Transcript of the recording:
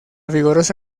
vigorosa